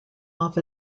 off